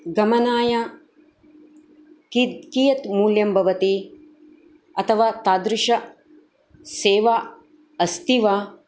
गमनाय कीत् कीयद् मूल्यं भवति अथवा तादृश सेवा अस्ति वा